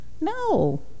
No